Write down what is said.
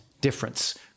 difference